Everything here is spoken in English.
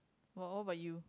oh but you